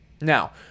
Now